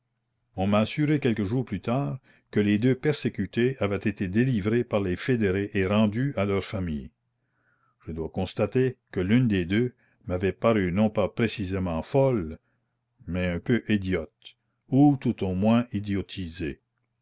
on m'a assuré quelques jours plus tard que les deux persécutées avaient été délivrées par les fédérés et rendues à leurs familles je dois constater que l'une des deux m'avait paru non pas précisément folle mais un peu idiote ou tout au moins idiotisée